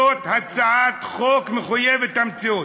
זאת הצעת חוק מחויבת המציאות.